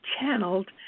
channeled